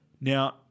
Now